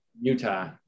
Utah